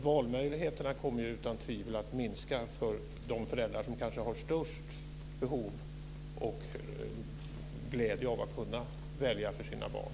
Valmöjligheterna kommer utan tvivel att minska för de föräldrar som kanske har störst behov och glädje av att kunna välja för sina barn.